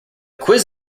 quiz